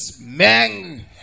man